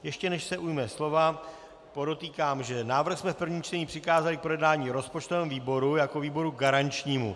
Ještě než se ujme slova, podotýkám, že návrh jsme v prvním čtení přikázali k projednání rozpočtovému výboru jako výboru garančnímu.